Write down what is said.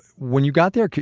when you got there,